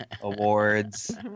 awards